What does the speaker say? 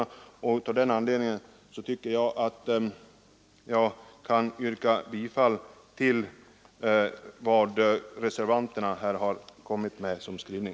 Av den anledningen anser jag mig kunna yrka bifall till reservationen.